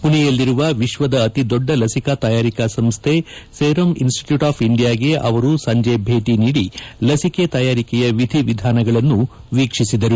ಪುಣೆಯಲ್ಲಿರುವ ವಿಶ್ವದ ಅತಿದೊಡ್ಡ ಲಸಿಕಾ ತಯಾರಿಕಾ ಸಂಸ್ಥೆ ಸೆರಂ ಇನ್ಸ್ಟಿಟ್ಕೂಟ್ ಆಫ್ ಇಂಡಿಯಾಗೆ ಅವರು ಸಂಜೆ ಭೇಟಿ ನೀಡಿ ಲಸಿಕೆ ತಯಾರಿಕೆಯ ವಿಧಿ ವಿಧಾನಗಳನ್ನು ವೀಕ್ಷಿಸಿದರು